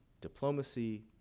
diplomacy